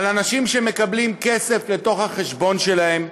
על אנשים שמקבלים כסף לתוך החשבון שלהם,